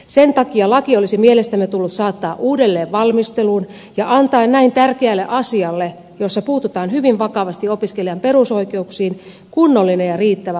sen takia laki olisi mielestämme tullut saattaa uudelleen valmisteluun antaen näin tärkeälle asialle jossa puututaan hyvin vakavasti opiskelijan perusoikeuksiin kunnollinen ja riittävä valmisteluaika